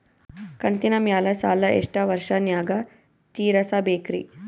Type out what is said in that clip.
ಕಂತಿನ ಮ್ಯಾಲ ಸಾಲಾ ಎಷ್ಟ ವರ್ಷ ನ್ಯಾಗ ತೀರಸ ಬೇಕ್ರಿ?